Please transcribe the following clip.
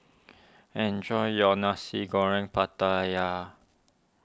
enjoy your Nasi Goreng Pattaya